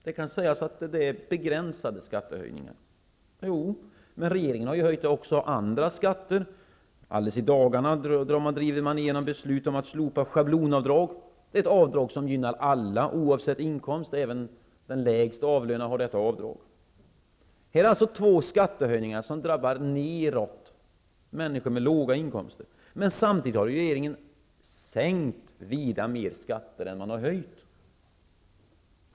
Det kan sägas vara begränsade skattehöjningar, men regeringen har ju höjt även andra skatter. Alldeles i dagarna driver man igenom beslut om att slopa schablonavdrag. Det är ett avdrag som gynnar alla oavsett inkomst, även de lägst avlönade har detta avdrag. Detta är alltså två skattehöjningar som drabbar neråt, dvs. människor med låga inkomster. Samtidigt har regeringen sänkt fler skatter än man har höjt.